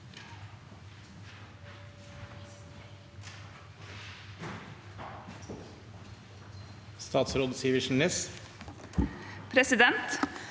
Presidenten